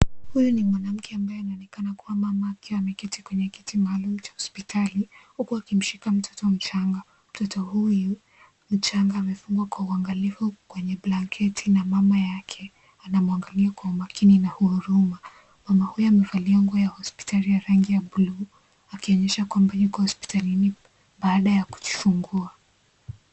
Huyu ni mwanamke anayeonekana kuwa mama akiwa ameketi kwenye kiti maalum cha hospitali huku akimshika mtoto mchanga. Mtoto huyu mchanga amefungwa kwa uangalifu kwenye blanketi na mama yake anamwangalia kwa umakini na huruma. Mama huyu amevalia nguo ya hospitali ya rangi ya buluu akionyesha kwamba yuko hospitalini baada ya kujifungua.